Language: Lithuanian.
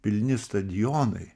pilni stadionai